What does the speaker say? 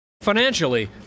Financially